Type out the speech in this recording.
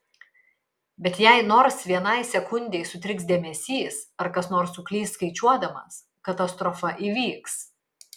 bet jei nors vienai sekundei sutriks dėmesys ar kas nors suklys skaičiuodamas katastrofa įvyks